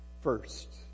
first